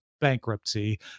bankruptcy